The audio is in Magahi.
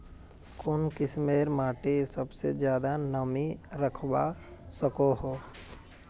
कुन किस्मेर माटी सबसे ज्यादा नमी रखवा सको हो?